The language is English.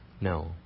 No